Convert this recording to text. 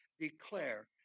declare